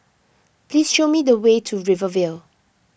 please show me the way to Rivervale